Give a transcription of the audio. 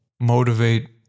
motivate